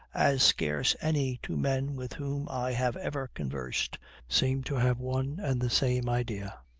as scarce any two men with whom i have ever conversed seem to have one and the same idea,